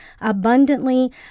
abundantly